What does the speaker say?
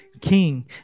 King